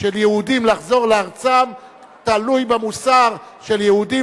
של יהודים לחזור לארצם תלוי במוסר של יהודים